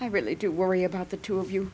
i really do worry about the two of you